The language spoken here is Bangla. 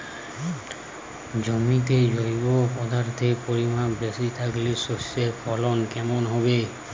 জমিতে জৈব পদার্থের পরিমাণ বেশি থাকলে শস্যর ফলন কেমন হবে?